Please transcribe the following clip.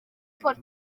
paul